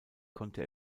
konnte